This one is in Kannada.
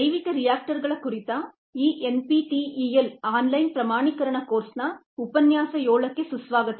ಜೈವಿಕ ರಿಯಾಕ್ಟರ್ಗಳ ಕುರಿತ ಈ ಎನ್ಪಿಟಿಇಎಲ್ ಆನ್ಲೈನ್ ಪ್ರಮಾಣೀಕರಣ ಕೋರ್ಸ್ನ ಉಪನ್ಯಾಸ 7ಕ್ಕೆ ಸುಸ್ವಾಗತ